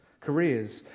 careers